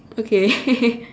okay